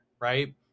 right